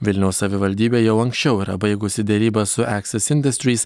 vilniaus savivaldybė jau anksčiau yra baigusi derybas su eksis indastrys